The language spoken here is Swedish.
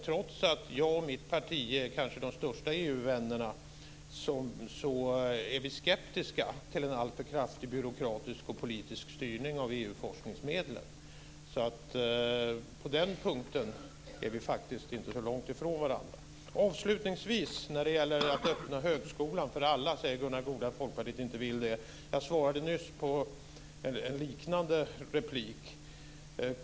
Trots att jag och mitt parti är kanske de största EU-vännerna är vi skeptiska till en alltför kraftig byråkratisk och politisk styrning av EU-forskningsmedlen. Så på den punkten är vi faktiskt inte så långt ifrån varandra. Avslutningsvis: När det gäller att öppna högskolan för alla säger Gunnar Goude att Folkpartiet inte vill det. Jag svarade nyss på en liknande replik.